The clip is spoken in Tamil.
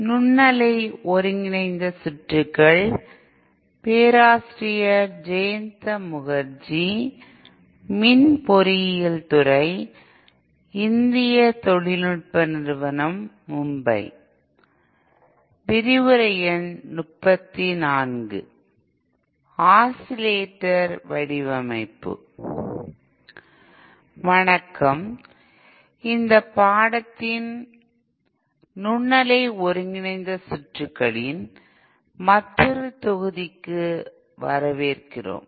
வணக்கம் இந்த பாடத்தின் மைக்ரோவேவ் ஒருங்கிணைந்த சுற்றுக்களின் மற்றொரு தொகுதிக்கு வரவேற்கிறோம்